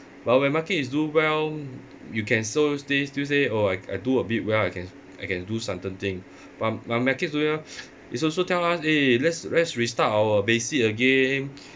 while when market is doing well you can so still say oh I I do a bit well I can I can do certain thing whi~ while markets doing well it's also tell us eh let's let's restart our basic again